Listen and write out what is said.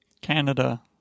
Canada